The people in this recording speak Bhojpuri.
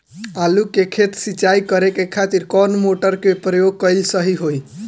आलू के खेत सिंचाई करे के खातिर कौन मोटर के प्रयोग कएल सही होई?